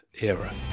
era